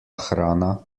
hrana